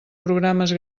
programes